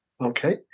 Okay